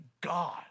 God